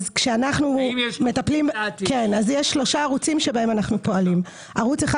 יש שלושה ערוצים שאנחנו פועלים בהם: ערוץ אחד